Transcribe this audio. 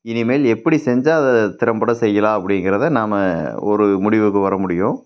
இனிமேல் எப்படி செஞ்சால் அதை திறன்பட செய்யலாம் அப்படிங்கிறத நாம் ஒரு முடிவுக்கு வர முடியும்